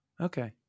Okay